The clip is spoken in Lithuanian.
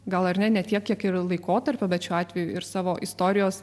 gal ar ne ne tiek kiek ir laikotarpio bet šiuo atveju ir savo istorijos